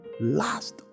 last